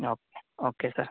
okay okay sir